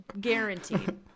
Guaranteed